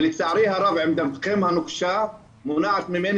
ולצערי הרב הם עושים עוול ומונעים ממני